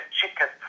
chicken